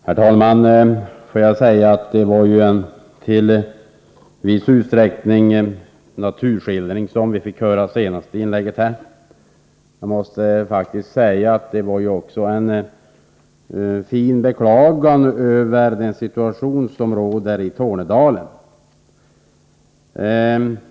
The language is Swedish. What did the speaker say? Herr talman! I det senaste inlägget fick vi i viss utsträckning höra en naturskildring. Det var också ett fint beklagande över situationen i Tornedalen.